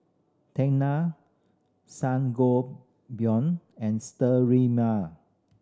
Tena Sangobion and Sterimar